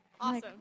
Awesome